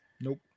nope